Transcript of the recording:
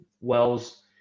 Wells